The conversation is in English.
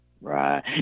Right